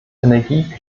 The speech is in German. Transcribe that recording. energie